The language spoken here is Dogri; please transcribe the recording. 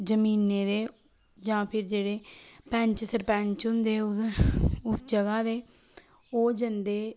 जमीने दे जां फ्ही जेह्ड़े पैंच सरपैंच होंदे उस उस जगह् दे ओह् जन्दे